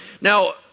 Now